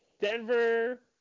Denver